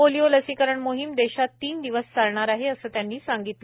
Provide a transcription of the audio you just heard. polio लसीकरण मोहीम देशात तीन दिवस चालणार आहे असं त्यांनी सांगितलं